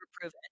proven